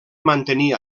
mantenir